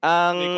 ang